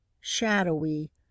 shadowy